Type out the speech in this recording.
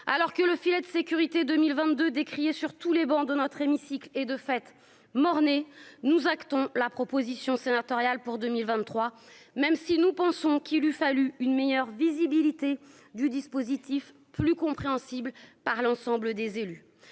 alors que le filet de sécurité 2022 décrié sur tous les bancs de notre hémicycle et, de fait, Morné nous actons la proposition sénatoriale pour 2023, même si nous pensons qu'il lui fallu une meilleure visibilité du dispositif plus compréhensible par l'ensemble des élus